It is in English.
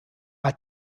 are